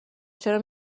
چرا